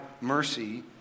mercy